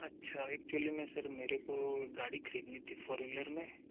अच्छा एक्चुअली में से मेरे को गाड़ी खरीदनी थी फोर व्हीलर में